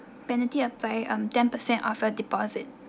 penalty apply um ten percent of the deposit